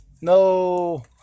no